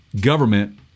government